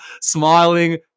smiling